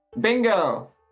Bingo